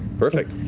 perfect.